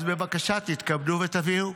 אז בבקשה, תתכבדו ותביאו.